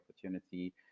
opportunity